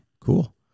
cool